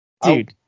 Dude